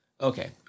Okay